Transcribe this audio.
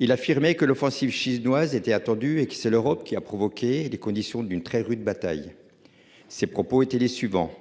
Il a affirmé que l'offensive chinoise était attendue et qui, c'est l'Europe qui a provoqué les conditions d'une très rude bataille. Ses propos ont été les suivants.